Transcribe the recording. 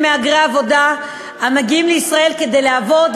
מהגרי עבודה המגיעים לישראל כדי לעבוד,